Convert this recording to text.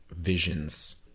visions